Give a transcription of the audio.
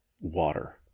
water